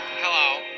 hello